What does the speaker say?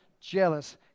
jealous